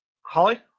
Holly